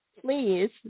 please